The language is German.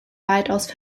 weitaus